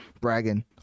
bragging